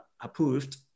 approved